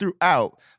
throughout